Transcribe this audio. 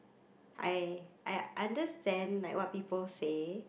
I I understand like what people say